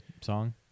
song